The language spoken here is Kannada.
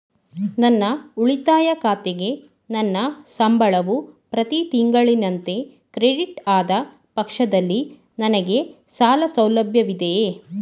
ನನ್ನ ಉಳಿತಾಯ ಖಾತೆಗೆ ನನ್ನ ಸಂಬಳವು ಪ್ರತಿ ತಿಂಗಳಿನಂತೆ ಕ್ರೆಡಿಟ್ ಆದ ಪಕ್ಷದಲ್ಲಿ ನನಗೆ ಸಾಲ ಸೌಲಭ್ಯವಿದೆಯೇ?